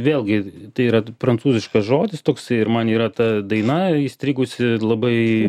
vėlgi tai yra prancūziškas žodis toksai ir man yra ta daina įstrigusi labai